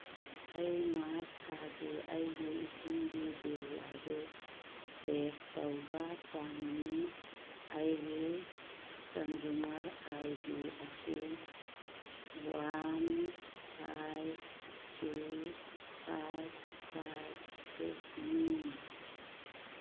ꯑꯩ ꯃꯥꯔꯁ ꯊꯥꯒꯤ ꯑꯩꯒꯤ ꯏꯁꯤꯡꯒꯤ ꯕꯤꯜ ꯑꯗꯨ ꯆꯦꯛ ꯇꯧꯕ ꯄꯥꯝꯃꯤ ꯑꯩꯒꯤ ꯀꯟꯖꯨꯃꯔ ꯑꯥꯏ ꯗꯤ ꯑꯁꯤ one eight three five five ꯁꯤꯛꯁꯅꯤ